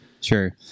sure